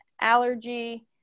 allergy